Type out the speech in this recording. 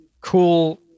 cool